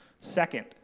Second